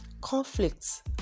Conflicts